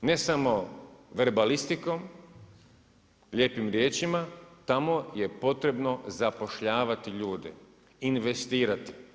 ne samo verbalistikom, lijepim riječima, tamo je potrebno zapošljavati ljude, investirati.